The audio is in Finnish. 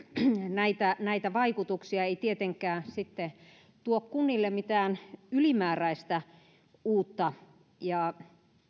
näitä näitä vaikutuksia ei tietenkään sitten tuo kunnille mitään ylimääräistä uutta ja